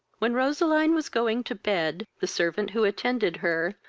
when roseline was going to bed, the servant who attended her,